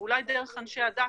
ואולי דרך אנשי הדת,